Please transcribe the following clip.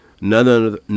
none